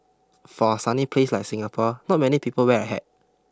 for a sunny place like Singapore not many people wear a hat